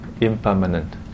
impermanent